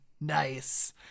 Nice